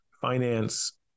finance